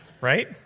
Right